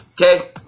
Okay